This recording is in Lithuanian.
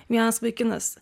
vienas vaikinas